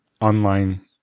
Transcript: online